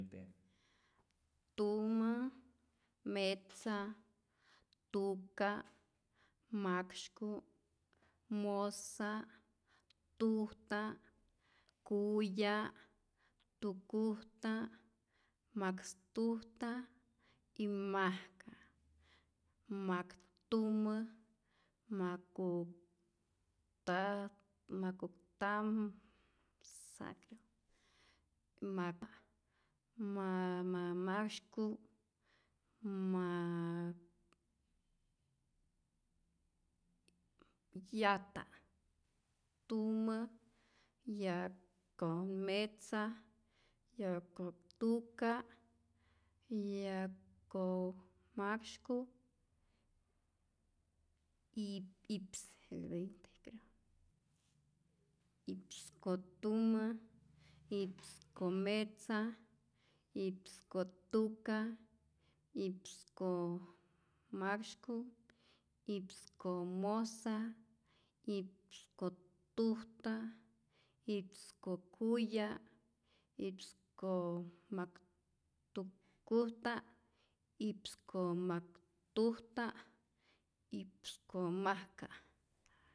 Tumä metza tuka’ maksyku’ mojsa’ tujta’ kuya’ tukujta’ majkstujta’ y majka’ maktumä makustä makustam, asi mak ma ma maksyku ma yajta’ tumä yatkometza yatkotuka’ yatkomaksyku’ y i’ps i’ps ko tumä i’ps ko metza i’ps ko tuka i’ps ko maksyku i’ps ko mojsa i’ps ko tujta i’ps ko kuya' i’ps ko mak tujkujta i'ps ko mak tujta i'ps ko majka